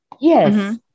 yes